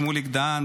שמוליק דהן,